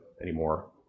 anymore